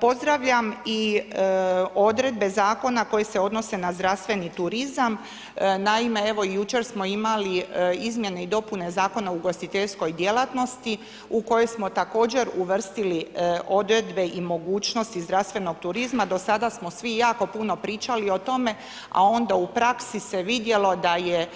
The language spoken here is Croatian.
Pozdravljam i odredbe zakona koje se odnose na zdravstveni turizam, naime evo jučer smo imali izmjene i dopune Zakona o ugostiteljskoj djelatnosti u kojoj smo također uvrstili odredbe i mogućnosti zdravstvenog turizma, do sada smo svi jako puno pričali o tome, a onda u praksi se vidjelo da je